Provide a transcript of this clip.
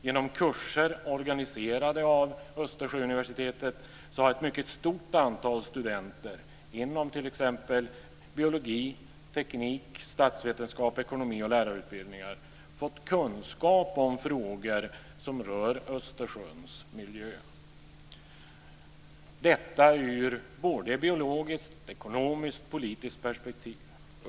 Genom kurser, organiserade av Östersjöuniversitetet, har ett mycket stort antal studenter inom t.ex. biologi, teknik, statsvetenskap, ekonomi och lärarutbildningar fått kunskaper om frågor som rör Östersjöns miljö; detta i ett biologiskt, ekonomiskt och politiskt perspektiv.